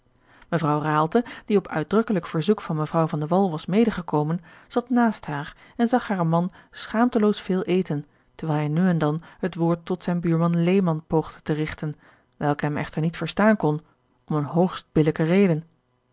raalte die op uitdrukkelijk verzoek van mevrouw van de wall was medegekomen zat naast haar en zag haren man schaamteloos veel eten terwijl hij nu en dan het woord tot zijn buurman lehman poogde te rigten welke hem echter niet verstaan kon om eene hoogst billijke reden